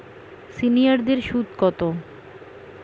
সিনিয়ারদের সুদ কত?